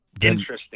interesting